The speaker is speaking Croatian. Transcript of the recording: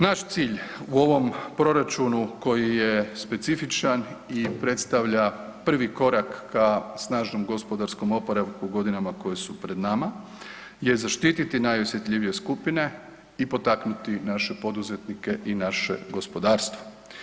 Naš cilj u ovom proračunu koji je specifičan i predstavlja prvi korak ka snažnom gospodarskom oporavku u godinama koje su pred nama je zaštititi najosjetljivije skupine i potaknuti naše poduzetnike i naše gospodarstvo.